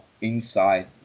inside